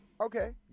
okay